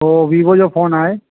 थो वीवो जो फ़ोन आहे